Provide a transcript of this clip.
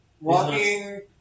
Walking